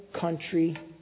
country